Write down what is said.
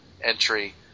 entry